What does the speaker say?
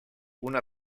una